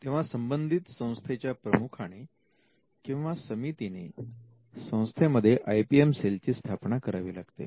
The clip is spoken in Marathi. तेव्हा संबंधित संस्थेच्या प्रमुखाने किंवा समितीने संस्थेमध्ये आयपीएम सेलची स्थापना करावी लागते